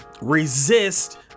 resist